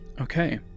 Okay